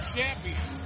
Champion